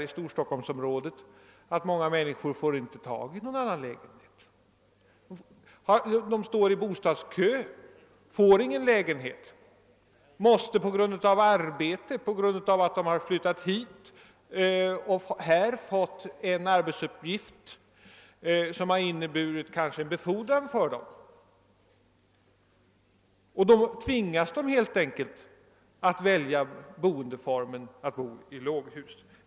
I Stockholmsområdet får helt enkelt många människor inte tag i någon annan bostad fastän de står i bostadskön. De måste bo här på grund av att de flyttat hit och kanske därför att de har fått en arbetsuppgift som innebär en befordran för dem och tvingas att välja ett småhus som boendeform.